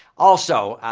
also,